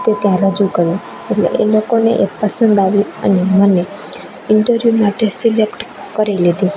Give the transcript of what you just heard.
તે ત્યાં રજૂ કર્યું એટલે એ લોકોને એ પસંદ આવ્યું અને મને ઇન્ટરવ્યૂ માટે સિલેક્ટ કરી લીધી